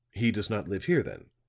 he does not live here, then?